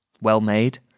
Well-made